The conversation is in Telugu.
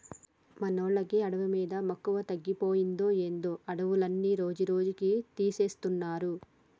మనోళ్ళకి అడవి మీద మక్కువ తగ్గిపోయిందో ఏందో అడవులన్నీ రోజురోజుకీ తీసేస్తున్నారు